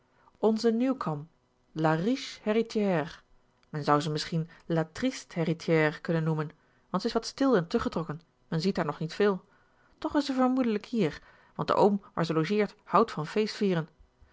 onze newcome la riche héritière men zou ze misschien la triste héritière kunnen noemen want zij is wat stil en teruggetrokken men ziet haar nog niet veel toch is zij vermoedelijk hier want de oom waar zij logeert houdt van feestvieren